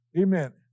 Amen